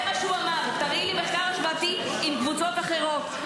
זה מה שהוא אמר: תראי לי מחקר השוואתי עם קבוצות אחרות.